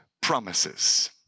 promises